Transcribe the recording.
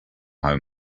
home